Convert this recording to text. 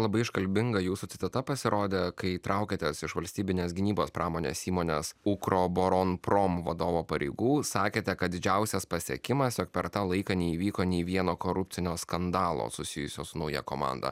labai iškalbinga jūsų citata pasirodė kai traukėtės iš valstybinės gynybos pramonės įmonės ukroboron prom vadovo pareigų sakėte kad didžiausias pasiekimas jog per tą laiką neįvyko nei vieno korupcinio skandalo susijusio su nauja komanda